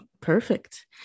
perfect